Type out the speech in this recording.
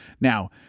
Now